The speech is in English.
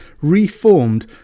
reformed